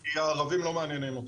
כי הערבים לא מעניינים אותם.